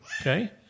Okay